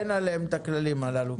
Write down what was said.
אין להן את הכללים הללו.